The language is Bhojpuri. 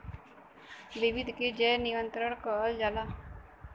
विधि के जैव नियंत्रण कहल जाला